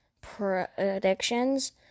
predictions